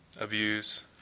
abuse